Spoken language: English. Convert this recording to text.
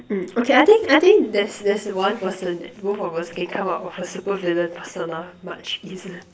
mm okay I think I think there's there's one person that both of us can come up of a super villain persona much easily